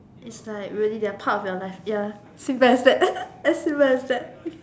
its like really they are part of your life ya very sad I still very sad